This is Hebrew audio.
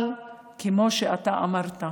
כמו שאתה אמרת: